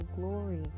glory